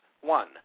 one